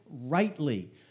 rightly